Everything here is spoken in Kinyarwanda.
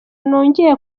nongeye